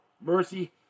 Mercy